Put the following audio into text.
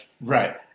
Right